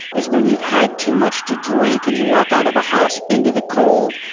is when you've had too much to drink and you walk out of a house into the cold,